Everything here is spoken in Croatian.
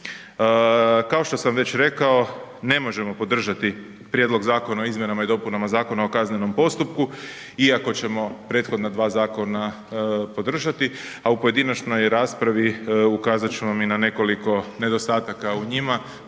Kao što sam već rekao ne možemo podržati Prijedlog zakona o izmjenama i dopunama Zakona o kaznenom postupku iako ćemo prethodna dva zakona podržati a u pojedinačnoj raspravi ukazati ću vam i na nekoliko nedostataka u njima